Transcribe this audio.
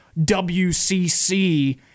WCC